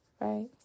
right